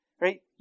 right